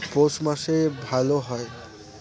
পৌষ মাসে ভালো হয়?